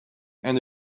and